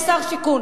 יש שר שיכון.